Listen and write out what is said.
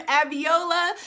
aviola